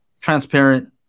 transparent